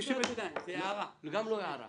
מופע שמציג פיגוע טרור אינו בהכרח